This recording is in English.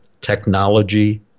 technology